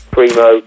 Primo